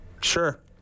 Sure